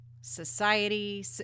society